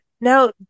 now